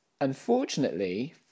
Unfortunately